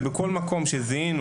וטיפלנו בכל מקום שזיהינו